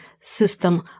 system